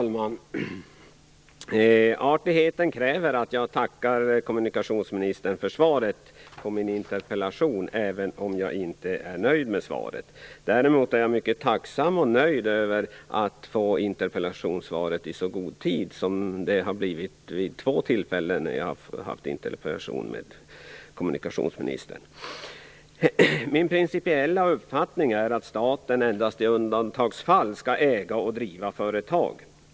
Fru talman! Artigheten kräver att jag tackar kommunikationsministern för svaret på min interpellation, även om jag inte är nöjd med svaret. Däremot är jag mycket tacksam och nöjd över att få interpellationssvaret i så god tid som det nu har blivit vid två tillfällen när jag ställt en interpellation till kommunikationsministern. Min principiella uppfattning är, att staten endast i undantagsfall skall äga och driva företag.